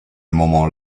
moment